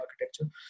architecture